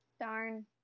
Darn